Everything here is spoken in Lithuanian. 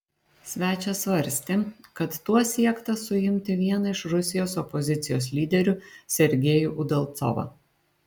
svečias svarstė kad tuo siekta suimti vieną iš rusijos opozicijos lyderių sergejų udalcovą